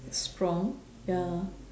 strong ya